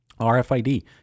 RFID